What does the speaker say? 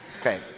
Okay